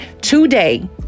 today